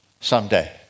someday